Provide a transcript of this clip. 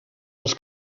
els